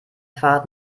fahrt